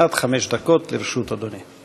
עד חמש דקות לרשות אדוני.